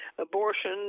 abortion